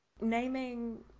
naming